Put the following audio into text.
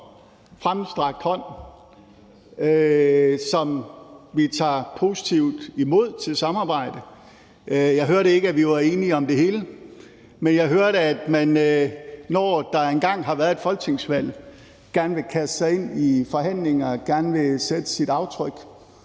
samarbejde, som vi tager positivt imod. Jeg hørte ikke, at vi var enige om det hele, men jeg hørte, at man, når der engang har været et folketingsvalg, gerne vil kaste sig ind i forhandlinger, gerne vil sætte sit aftryk